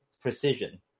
Precision